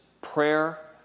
prayer